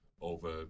over